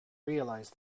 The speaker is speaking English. realize